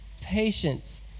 patience